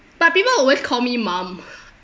but people always call me mom